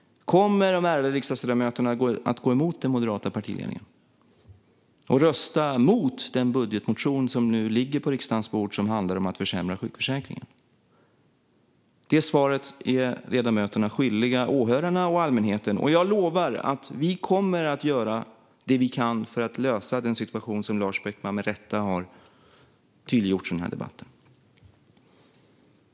Kommer de ärade riksdagsledamöterna att gå emot den moderata partiledningen och rösta mot den budgetmotion som nu ligger på riksdagens bord, som handlar om att försämra sjukförsäkringen? Det svaret är ledamöterna skyldiga åhörarna och allmänheten. Jag lovar att vi kommer att göra det vi kan för att lösa den situation som Lars Beckman med rätta har tydliggjort i denna debatt.